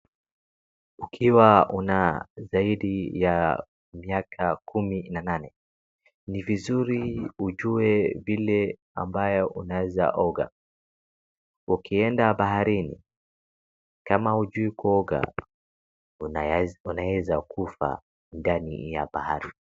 Ukiwa una zaidi ya miaka kumi na nane ni vizuri ujue vile ambayo unaeza oga. Ukienda baharini kama hujui kuoga unaeza kufa ndani ya bahari.